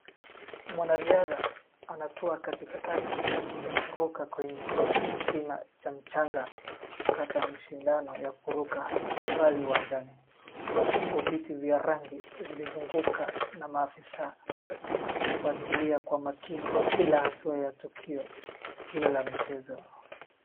Mwanariadha anatua katikati ya kuruka kwenye kisima cha mchanga wakati wa mashindano ya kuruka mbali uwanjani, huku viti vya rangi vilizunguka na maafisa wakifuatilia kwa makini kila hatua ya tukio hilo la mchezo.